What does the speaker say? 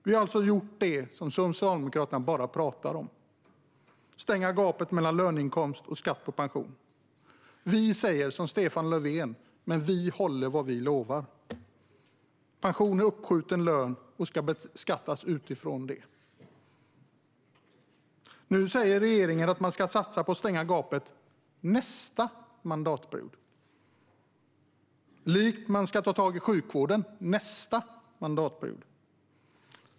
Vi har alltså gjort det som Socialdemokraterna bara pratar om - att stänga gapet mellan löneinkomst och skatt på pension. Vi säger som Stefan Löfven, men vi håller vad vi lovar. Pension är uppskjuten lön och ska beskattas utifrån det. Nu säger regeringen att man ska satsa på att stänga gapet nästa mandatperiod liksom att man ska ta tag i sjukvården nästa mandatperiod.